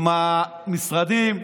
עם המשרדים.